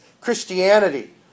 Christianity